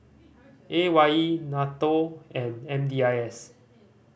A Y E NATO and M D I S